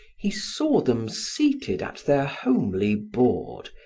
he saw them seated at their homely board,